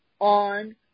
on